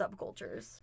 subcultures